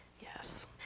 Yes